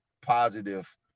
positive